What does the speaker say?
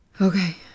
Okay